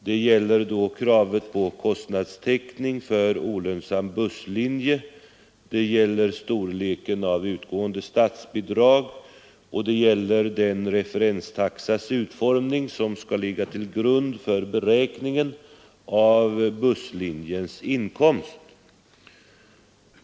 Det gäller då kravet på kostnadstäckning för olönsam busslinje, det gäller storleken av utgående statsbidrag och det gäller utformningen av den referenstaxa som skall ligga till grund för beräkningen av busslinjens inkomst.